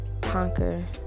conquer